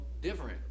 different